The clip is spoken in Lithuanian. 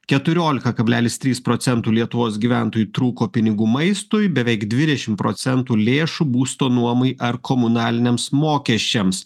keturiolika kablelis trys procentų lietuvos gyventojų trūko pinigų maistui beveik dvidešimt procentų lėšų būsto nuomai ar komunaliniams mokesčiams